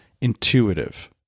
intuitive